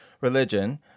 religion